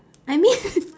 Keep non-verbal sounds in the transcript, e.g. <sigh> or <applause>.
I mean <laughs>